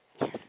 Yes